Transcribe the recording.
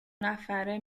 نفره